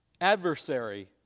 adversary